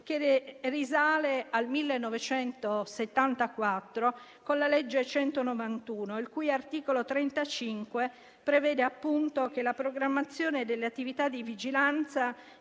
che risale al 1974, la legge n. 191, il cui articolo 35 prevede appunto che la programmazione delle attività di vigilanza